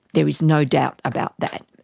there is no doubt about that.